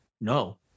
No